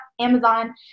Amazon